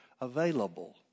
available